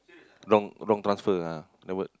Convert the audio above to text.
wrong wrong transfer ah the word